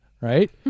right